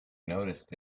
noticed